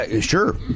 Sure